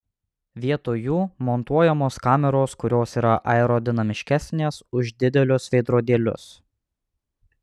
vietoj jų montuojamos kameros kurios yra aerodinamiškesnės už didelius veidrodėlius